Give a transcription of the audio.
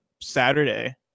Saturday